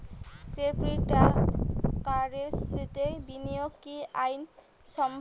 ক্রিপ্টোকারেন্সিতে বিনিয়োগ কি আইন সম্মত?